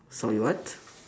sorry what